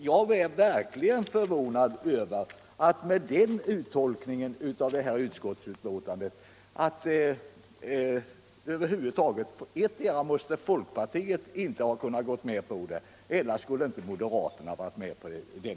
Jag blev verkligen förvånad över att med den uttolkningen av detta utskottsbetänkande antingen folkpartiet eller moderaterna inte skulle kunna gå med på det.